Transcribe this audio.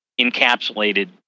encapsulated